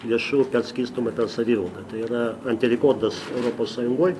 lėšų perskirstoma per savivaldą tai yra antirekordas europos sąjungoj